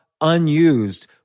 unused